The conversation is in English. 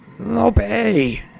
obey